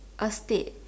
a state